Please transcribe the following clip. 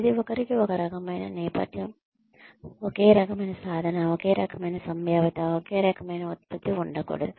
ప్రతిఒక్కరికీ ఒకే రకమైన నేపథ్యం ఒకే రకమైన సాధన ఒకే రకమైన సంభావ్యత ఒకే రకమైన ఉత్పత్తి ఉండకూడదు